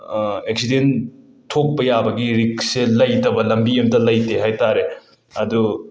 accident ꯊꯣꯛꯄ ꯌꯥꯕꯒꯤ ꯔꯤꯛꯁꯁꯦ ꯂꯩꯇꯕ ꯂꯝꯕꯤ ꯑꯝꯇ ꯂꯩꯇꯦ ꯍꯥꯏ ꯇꯥꯔꯦ ꯑꯗꯨ